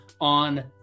on